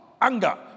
anger